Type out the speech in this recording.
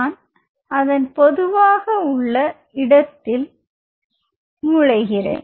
நான் அதன் பொதுவாக உள்ள இடத்தில் நுழைகிறேன்